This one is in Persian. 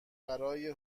برای